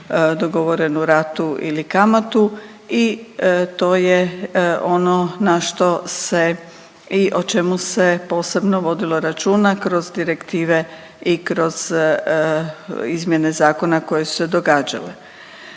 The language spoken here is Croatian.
dogovorenu ratu ili kamatu i to je ono na što se i o čemu se posebno vodilo računa kroz direktive i kroz izmjene zakona koje su se događale.